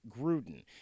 Gruden